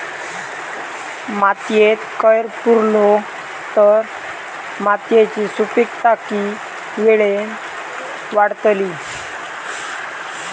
मातयेत कैर पुरलो तर मातयेची सुपीकता की वेळेन वाडतली?